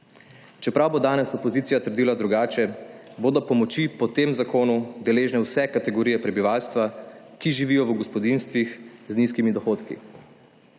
Čeprav bo danes opozicija trdila drugače bodo pomoči po tem zakonu deležne vse kategorije prebivalstva, ki živijo v gospodinjstvih z nizkimi dohodki.